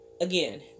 Again